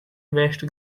waste